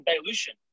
dilution